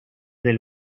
del